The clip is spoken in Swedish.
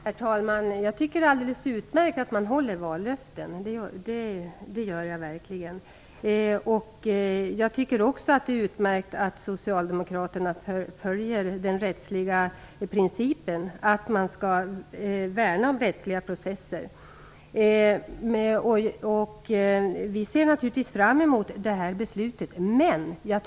Herr talman! Jag tycker att det är alldeles utmärkt att man håller vallöften. Jag tycker också att det är utmärkt att socialdemokraterna följer den rättsliga principen, att man skall värna rättsliga processer. Vi ser naturligtvis fram emot beslutet i frågan.